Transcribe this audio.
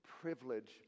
privilege